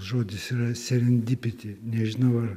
žodis yra serendipiti nežinau ar